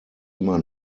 immer